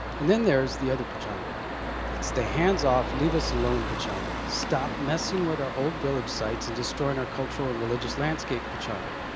and then there is the other pechanga that's the hands off, leave us alone pechanga, stop messing with our old village sites and destroying our cultural and religious landscape, pechanga.